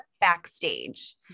backstage